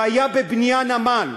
והיה בבנייה נמל.